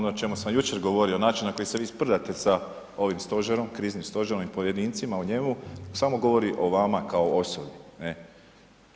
Ono o čemu sam jučer govorio, način na koji se vi sprdate sa ovim stožerom, kriznim stožerom i pojedincima u njemu to samo govori o vama kao osobi, ne.